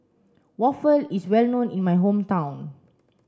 Waffle is well known in my hometown